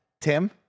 Tim